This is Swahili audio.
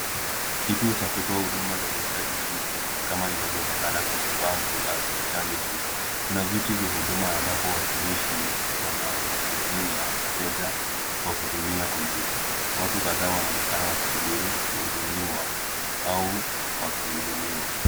Kituo cha akitoa huduma za serikali nchini Kenya kama inavyoonekana kwenye bango la kijani juu. Kuna viti vya huduma ambavyo watumishi wanahudumia wateja kwa kutumia kompyuta. Watu kadhaa wanaonekana wakisubiri kuhudumiwa au wakihudumiwa.